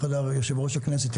בחדר יושב ראש הכנסת,